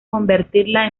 convertirla